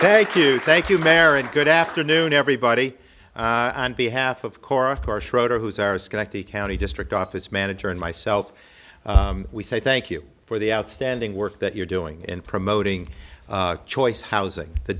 thank you thank you marin good afternoon everybody and behalf of cora carr schroeder who is our schenectady county district office manager and myself we say thank you for the outstanding work that you're doing in promoting choice housing the